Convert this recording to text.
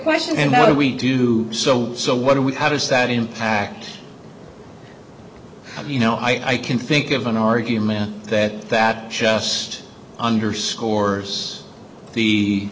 question and we do so so what do we how does that impact you know i can think of an argument that that just underscores the